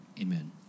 Amen